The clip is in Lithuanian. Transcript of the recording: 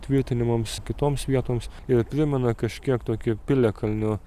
įtvirtinimams kitoms vietoms ir primena kažkiek tokį piliakalnio